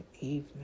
evening